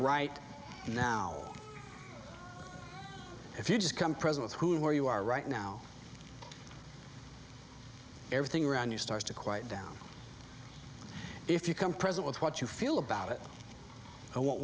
right now if you just come presidents who where you are right now everything around you starts to quiet down if you come present with what you feel about it won't